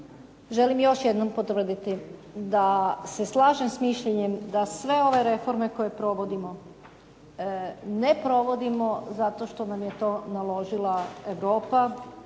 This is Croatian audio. želim još jednom potvrditi, da se slažem s mišljenjem da sve ove reforme koje provodimo ne provodimo zato što nam je to naložila Europa.